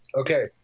Okay